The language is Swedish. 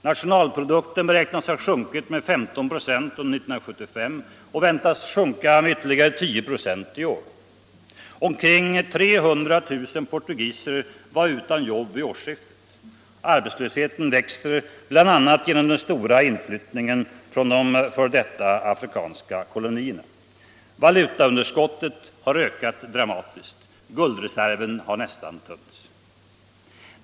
Nationalprodukten beräknas ha sjunkit med 15 926 under 1975 och väntas sjunka med ytterligare 10 96 i år. Omkring 300 000 portugiser var utan jobb vid årsskiftet. Arbetslösheten växer, bl.a. genom den stora inflyttningen från de f. d. afrikanska kolonierna. Valutaunderskottet har ökat dramatiskt. Guldreserven har tömts nästan helt.